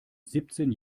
siebzehn